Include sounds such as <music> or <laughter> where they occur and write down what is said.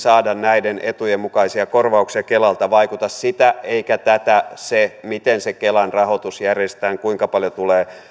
<unintelligible> saada näiden etujen mukaisia korvauksia kelalta vaikuta sitä eikä tätä se miten se kelan rahoitus järjestetään kuinka paljon tulee